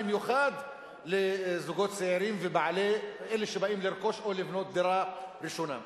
במיוחד לזוגות צעירים ואלה שבאים לרכוש או לבנות דירה ראשונה.